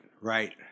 right